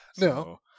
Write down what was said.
no